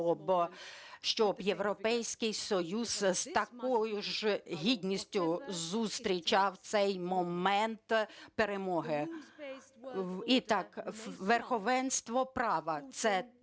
щоб Європейський Союз з такою ж гідністю зустрічав цей момент перемоги. І так, верховенство права, це